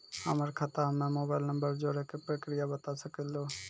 हमर खाता हम्मे मोबाइल नंबर जोड़े के प्रक्रिया बता सकें लू?